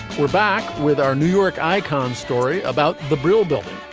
we're back with our new york icon story about the brill building.